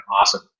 awesome